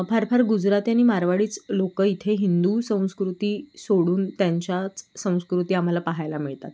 फार फार गुजराती आणि मारवाडीच लोक इथे हिंदू संस्कृती सोडून त्यांच्याच संस्कृती आम्हाला पाहायला मिळतात